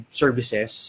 services